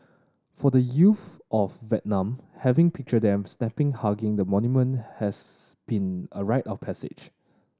for the youth of Vietnam having picture them snapping hugging the monument has being a rite of passage